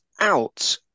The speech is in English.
out